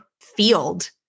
field